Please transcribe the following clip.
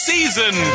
Season